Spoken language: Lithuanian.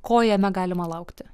ko jame galima laukti